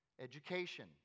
education